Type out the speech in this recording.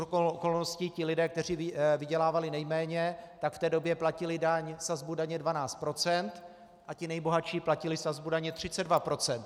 Shodou okolností ti lidé, kteří vydělávali nejméně, v té době platili sazbu daně 12 % a ti nejbohatší platili sazbu daně 32 %.